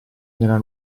nella